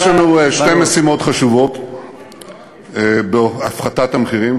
יש לנו שתי משימות חשובות בהפחתת המחירים.